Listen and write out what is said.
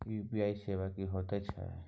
UPI सेवा की होयत छै?